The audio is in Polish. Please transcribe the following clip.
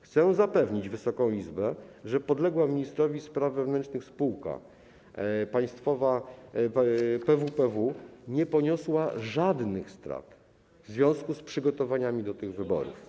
Chcę zapewnić Wysoką Izbę, że podległa ministrowi spraw wewnętrznych spółka państwowa PWPW nie poniosła żadnych strat w związku z przygotowaniami do tych wyborów.